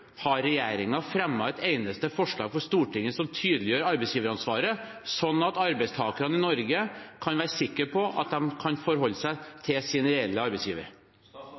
Har regjeringen fremmet et eneste forslag for Stortinget som tydeliggjør arbeidsgiveransvaret, slik at arbeidstakerne i Norge kan være sikre på at de kan forholde seg til sin reelle arbeidsgiver?